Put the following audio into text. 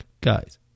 guys